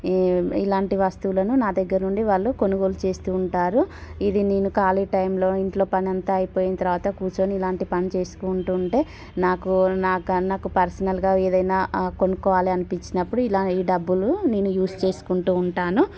ఇలాంటి వస్తువులను నా దగ్గర నుండి వాళ్ళు కొనుగోలు చేస్తూ ఉంటారు ఇది నేను ఖాళీ టైంలో ఇంట్లో పని అంతా అయిపోయిన తర్వాత కూర్చొని ఇలాంటి పని చేసుకుంటూ ఉంటే నాకు నాకు అన్నకు పర్సనల్గా ఏదైనా కొనుక్కోవాలి అనిపిచ్చినప్పుడు ఇలా ఈ డబ్బులు నేను యూస్ చేసుకుంటూ ఉంటాను